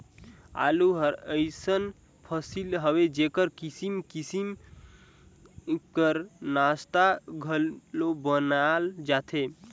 आलू हर अइसन फसिल हवे जेकर किसिम किसिम कर नास्ता घलो बनाल जाथे